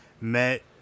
Met